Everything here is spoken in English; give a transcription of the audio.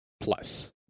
plus